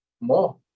more